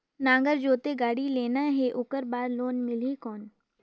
नागर जोते गाड़ी लेना हे ओकर बार लोन मिलही कौन?